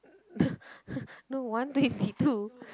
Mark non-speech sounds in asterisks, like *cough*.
*laughs* no one twenty two